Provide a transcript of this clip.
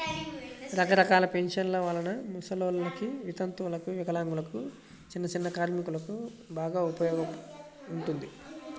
రకరకాల పెన్షన్ల వలన ముసలోల్లకి, వితంతువులకు, వికలాంగులకు, చిన్నచిన్న కార్మికులకు బాగా ఉపయోగం ఉంటుంది